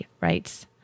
writes